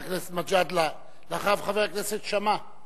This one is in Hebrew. חבר הכנסת מג'אדלה, ואחריו, חבר הכנסת שאמה,